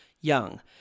Young